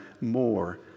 more